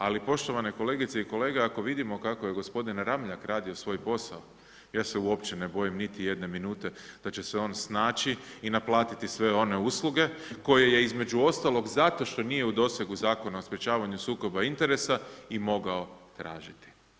Ali poštovane kolegice i kolege, ako vidimo kako je gospodin Ramljak radio svoj posao, ja se uopće ne bojim niti jedne minute da će se on snaći i naplatiti sve one usluge koje je između ostalog zato što nije u dosegu Zakona o sprečavanju sukoba interesa i mogao tražiti.